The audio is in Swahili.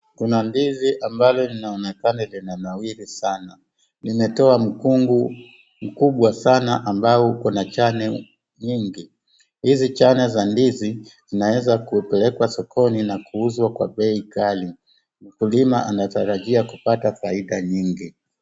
Kuna ndizi ambalo linaonekana lina nawiri sana. Limetoa mkungu mkubwa sana ambao uko na chane nyingi. Hizi chane za ndizi, zinaeza kupelekwa sokoni na kuuzwa kwa bei ghali. Mkulima anatarajia kupata faida nyingi.